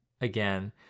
again